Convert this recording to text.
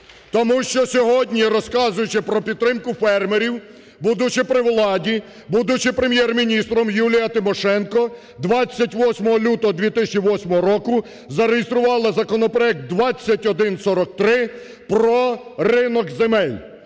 Тому що сьогодні розказуючи про підтримку фермерів, будучи при владі, будучи Прем’єр-міністром, Юлія Тимошенко 28 лютого 2008 року зареєструвала законопроект 2143 про ринок земель.